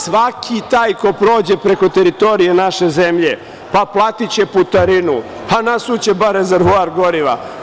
Svaki taj ko prođe preko teritorije naše zemlje, pa platiće putarinu, pa nasuće bar rezervoar goriva.